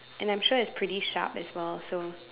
and I'm sure it's pretty sharp as well so